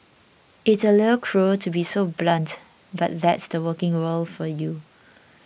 it's a little cruel to be so blunt but that's the working world for you